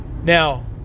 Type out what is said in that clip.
Now